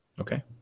Okay